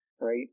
right